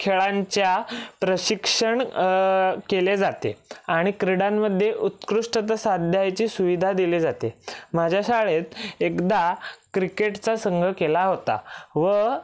खेळांच्या प्रशिक्षण केले जाते आणि क्रीडांमध्ये उत्कृष्टता साधायची सुविधा दिली जाते माझ्या शाळेत एकदा क्रिकेटचा संघ केला होता व